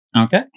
Okay